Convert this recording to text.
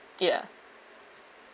ya